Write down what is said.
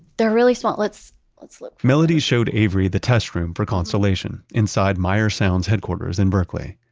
they're really small. let's let's look. melody showed avery the test room for constellation, inside meyer sound's headquarters in berkeley.